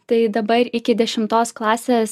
tai dabar iki dešimtos klasės